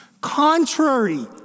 Contrary